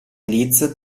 leeds